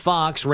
Fox